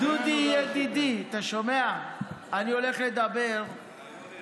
אתה מאפשר לי הודעה אישית.